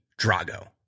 Drago